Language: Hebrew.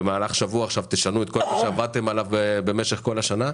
במהלך שבוע עכשיו תשנו את כל מה שעבדתם עליו במשך כל השנה?